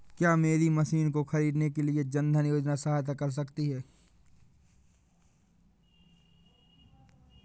क्या मेरी मशीन को ख़रीदने के लिए जन धन योजना सहायता कर सकती है?